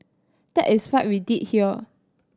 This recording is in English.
that is what we did here